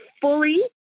fully